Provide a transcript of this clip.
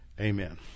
amen